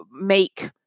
make